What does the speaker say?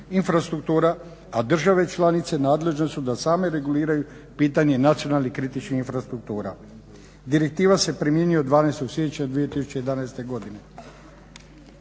infrastruktura a države članice nadležne su da same reguliraju pitanje nacionalnih kritičnih infrastruktura. Direktiva se primjenjuje od 12. siječnja 2011. godine.